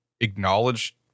acknowledge –